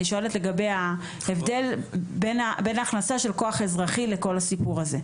אני שואלת לגבי ההבדל בין ההכנסה של כוח אזרחי לכל הסיפור הזה.